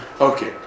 Okay